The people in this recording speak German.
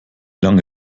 lange